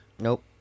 Nope